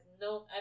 no